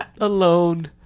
alone